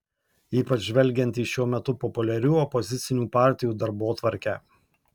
ypač žvelgiant į šiuo metu populiarių opozicinių partijų darbotvarkę